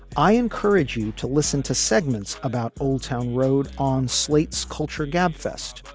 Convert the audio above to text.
i encourage you to listen to segments about old town road on slate's culture gabfest,